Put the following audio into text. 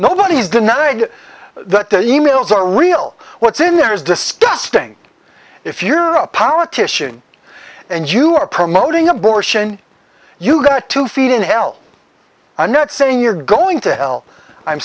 nobody is denying that the e mails are real what's in there is disgusting if you're a politician and you are promoting abortion you got to feed in hell i'm not saying you're going to hell i'm